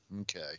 Okay